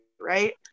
right